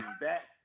back